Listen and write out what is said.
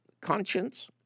conscience